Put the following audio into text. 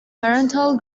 paternal